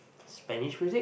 Spanish music